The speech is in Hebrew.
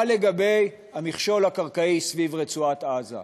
מה לגבי המכשול הקרקעי סביב רצועת-עזה?